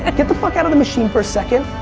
and get the fuck out of the machine for a second.